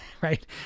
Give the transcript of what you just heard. right